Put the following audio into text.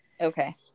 okay